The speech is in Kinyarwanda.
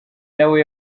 nawe